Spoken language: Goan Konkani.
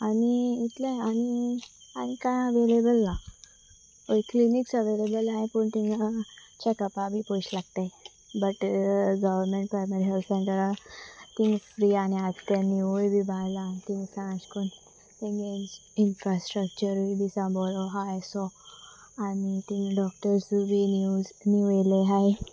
आनी इतलें आनी आनी कांय अवेलेबल ना य क्लिनीक्स अवेलेबल आहाय पूण तिथंगा चॅकपा बी पोयश लागताय बट गव्हवरमेंट प्रायमरी हेल्थ सेंटराक तींग फ्री आनी आस ते नीवूय बी बायलां तींग सांग अशें कोन तेंगे इनफ्रास्ट्रक्चरूय बी साम बरो आहा येसो आनी तींग डॉक्टर्सूय बी नी नीव येयले आहाय